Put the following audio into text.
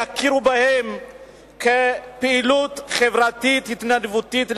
יכירו בזה כפעילות חברתית התנדבותית,